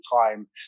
time